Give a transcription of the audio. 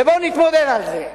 ובוא נתמודד על זה.